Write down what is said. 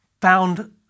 found